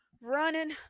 running